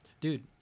dude